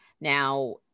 Now